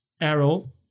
arrow